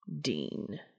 Dean